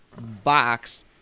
box